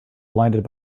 blinded